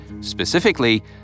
Specifically